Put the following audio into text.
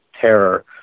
terror